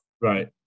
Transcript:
Right